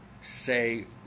say